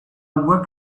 work